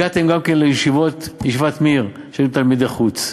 הגעתם גם כן לישיבת "מיר", של תלמידי חוץ.